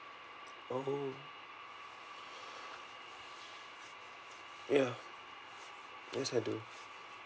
oh ya yes I do